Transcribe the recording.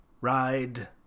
Ride